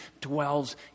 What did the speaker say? dwells